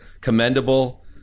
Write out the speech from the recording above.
commendable